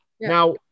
Now